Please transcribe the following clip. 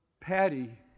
Patty